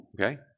Okay